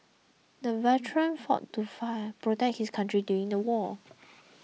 the veteran fought to fire protect his country during the war